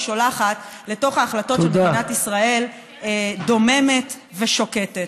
שולחת לתוך ההחלטות של מדינות ישראל דוממת ושוקטת.